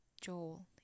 Joel